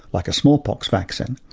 like a smallpox vaccine.